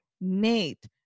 Nate